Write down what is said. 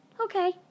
Okay